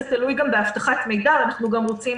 זה תלוי גם באבטחת מידע ואנחנו גם רוצים